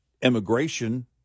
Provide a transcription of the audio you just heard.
immigration